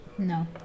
No